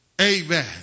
Amen